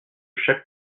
chaque